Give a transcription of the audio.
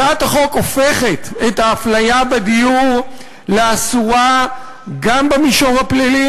הצעת החוק הופכת את האפליה בדיור לאסורה גם במישור הפלילי,